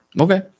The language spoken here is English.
Okay